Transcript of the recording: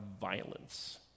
violence